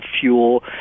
fuel